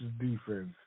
defense